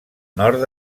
nord